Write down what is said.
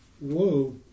Whoa